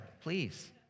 Please